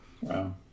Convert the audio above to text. Wow